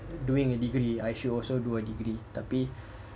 doing a degree I should also do a degree tapi